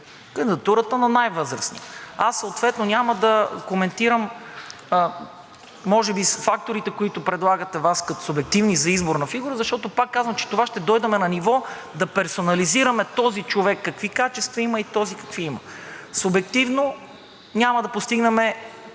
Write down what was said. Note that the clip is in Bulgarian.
групи кандидатурата на най-възрастния. Аз няма да коментирам факторите, които предлагате Вие като субективни за избор на фигура, защото, пак казвам, че с това ще дойдем на ниво да персонализираме този човек какви качества има и този какви няма. Субективно няма да постигнем